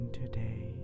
today